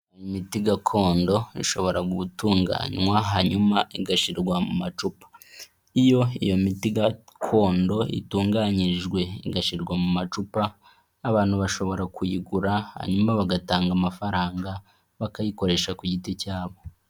Imiti gakondo ishobora gutunganywa hanyuma igashyirwa mu macupa, iyo iyo miti gakondo itunganyijwe igashyirwa mu macupa, abantu bashobora kuyigura hanyuma bagatanga amafaranga bakayikoresha ku giti cyabo.